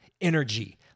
energy